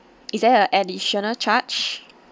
is there a additional charge